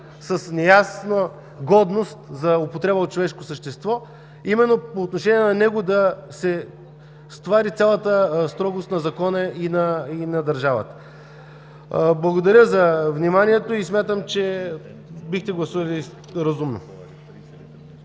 с неясна годност за употреба от човешко същество. По отношение на него трябва да се стовари цялата строгост на Закона и на държавата. Благодаря за вниманието. Смятам, че бихте гласували разумно.